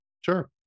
Sure